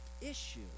issue